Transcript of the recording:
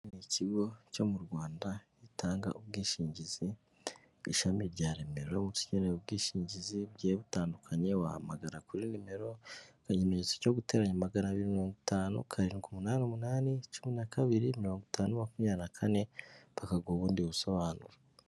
Ikigo cyo mu Rwanda gitanga ubwishingizi, ishami rya Remera. Uramutse ukeneye ubwishingizi bugiye butandukanye, wahamagara kuri nimero ikimenyetso cyo guteranya magana abiri mirongo itanu, karindwi, umunani, umunani, cumi na kabiri, mirongo itanu, makumyabiri na kane, bakaguha ubundi busobanuro.